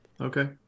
okay